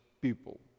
people